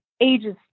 ages